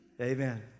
Amen